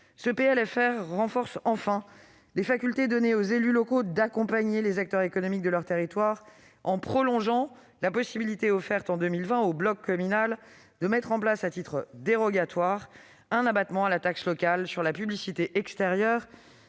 ce PLFR renforce les facultés données aux élus locaux d'accompagner les acteurs économiques de leur territoire en prolongeant la possibilité offerte en 2020 au bloc communal de mettre en place à titre dérogatoire un abattement à la taxe locale sur la publicité extérieure.